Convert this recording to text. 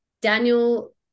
Daniel